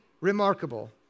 remarkable